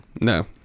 No